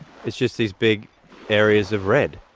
it's just these big areas of red,